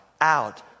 out